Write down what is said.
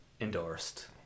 endorsed